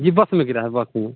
जी bus में गिरा है बस में